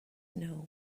know